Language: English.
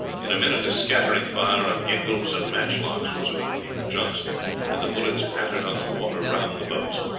in a minute a scattering fire of gingals and matchlocks was opened from the junks and the bullets pattered on the water round the boats.